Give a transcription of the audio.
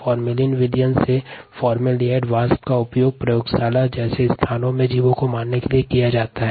formalin विलयन से उत्पन्न फॉर्मेल्डिहाइड भाप का उपयोग प्रयोगशाला जैसे स्थानों में जीवों को मारने के लिए उपयोग किया जाता है